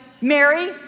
Mary